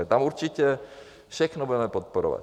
Tam určitě všechno budeme podporovat.